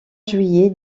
juillet